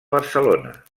barcelona